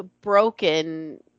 broken